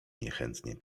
niechętnie